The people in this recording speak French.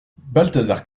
balthazar